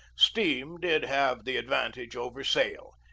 steam did have the advantage over sail,